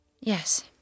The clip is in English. Yes